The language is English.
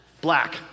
Black